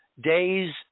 days